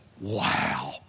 Wow